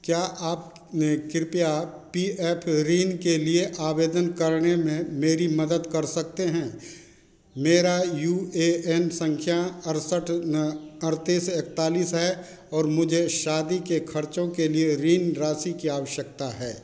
क्या आपने कृपया पी एफ ऋण के लिए आवेदन करने में मेरी मदद कर सकते हैं मेरा यू ए एन सँख्या अड़सठ अड़तीस एकतालिस है और मुझे शादी के खर्चों के लिए ऋण राशि की आवश्यकता है